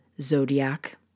zodiac